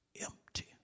empty